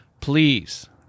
please